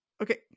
Okay